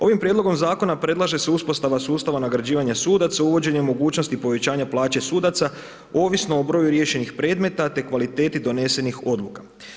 Ovim prijedlogom zakona predlaže se uspostava sustava nagrađivanja sudaca, uvođenje mogućnosti povećanja plaće sudaca ovisno o broju riješenih predmeta te kvaliteti donesenih odluka.